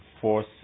force